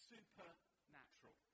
Supernatural